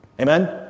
Amen